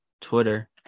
twitter